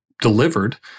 delivered